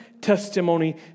testimony